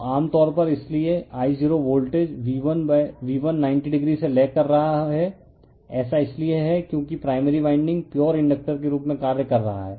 तो आम तौर पर इसलिए I0 वोल्टेज V1 90o से लेग कर रहा है ऐसा इसलिए है क्योंकि प्राइमरी वाइंडिंग प्योर इंडकटर के रूप में कार्य कर रहा है